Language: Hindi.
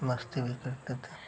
मस्ती भी करते थे